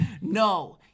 No